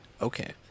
okay